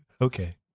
Okay